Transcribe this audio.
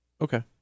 Okay